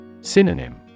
Synonym